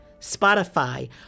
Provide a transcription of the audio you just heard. Spotify